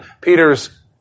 Peter's